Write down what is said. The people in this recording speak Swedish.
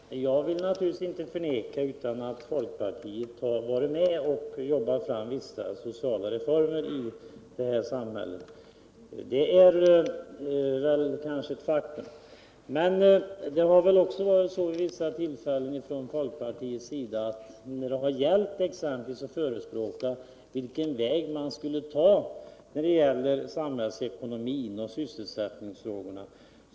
Herr talman! Jag vill naturligtvis inte förneka att folkpartiet har varit med och jobbat fram vissa sociala reformer i det här samhället, det är kanske ett faktum. Men det har också varit vissa andra tillfällen, exempelvis i fråga om att förespråka vilken väg man skulle ta när det gällt samhällsekonomin och sysselsättningsfrågorna.